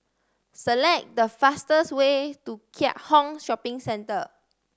select the fastest way to Keat Hong Shopping Centre